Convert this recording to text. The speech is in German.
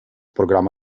programm